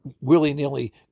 willy-nilly